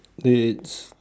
it's